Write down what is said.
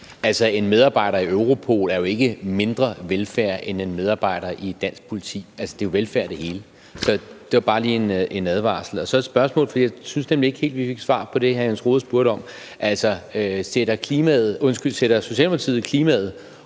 Altså, en medarbejder i Europol er jo ikke mindre velfærd end en medarbejder i dansk politi. Det er jo velfærd, det hele. Så det var bare lige en advarsel. Så har jeg et spørgsmål, for jeg synes nemlig ikke helt, vi fik svar på det, hr. Jens Rohde spurgte om: Sætter Socialdemokratiet klimaet